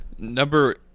Number